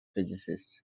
physicist